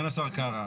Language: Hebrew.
סגן השר קארה,